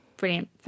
Brilliant